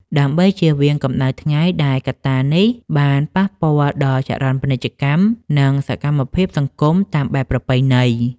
ដើម្បីជៀសវាងកម្ដៅថ្ងៃដែលកត្តានេះបានប៉ះពាល់ដល់ចរន្តពាណិជ្ជកម្ម និងសកម្មភាពសង្គមតាមបែបប្រពៃណី។